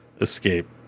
escape